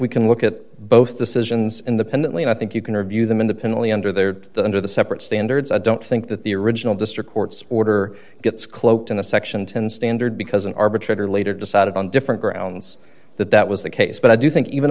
we can look at both the citizens independently and i think you can review them independently under their under the separate standards i don't think that the original district court's order gets cloaked in a section ten standard because an arbitrator later decided on different grounds that that was the case but i do think even